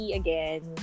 again